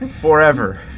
forever